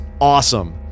awesome